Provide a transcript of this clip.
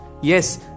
yes